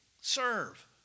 Serve